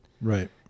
Right